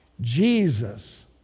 Jesus